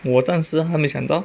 我暂时还没想到